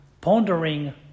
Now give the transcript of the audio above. pondering